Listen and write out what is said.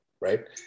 Right